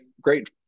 great